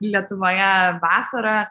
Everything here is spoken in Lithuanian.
lietuvoje vasarą